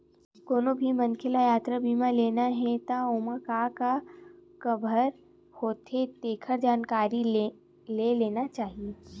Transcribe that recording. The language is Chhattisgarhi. कोनो भी मनखे ल यातरा बीमा लेना हे त ओमा का का कभर होथे तेखर जानकारी ले लेना चाही